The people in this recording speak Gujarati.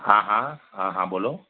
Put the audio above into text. હા હા હા હા બોલો